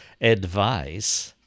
advice